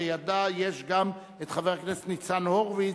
לידה גם חבר הכנסת ניצן הורוביץ,